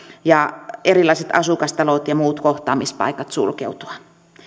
ja erilaiset asukastalot ja muut kohtaamispaikat sulkeutua